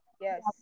yes